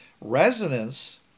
Resonance